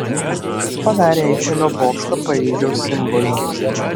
kas padarė eifelio bokštą paryžiaus simboliu